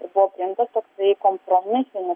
ir buvo priimtas toksai kompromisinis